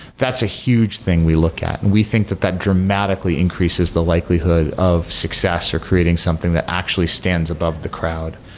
that's a huge thing we look at and we think that that dramatically increases the likelihood of success or creating something that actually stands above the crowd.